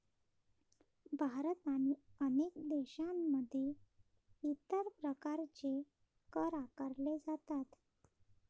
भारत आणि अनेक देशांमध्ये इतर प्रकारचे कर आकारले जातात